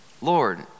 Lord